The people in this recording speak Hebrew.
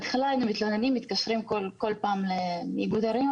התקשרנו כל פעם לאיגוד ערים,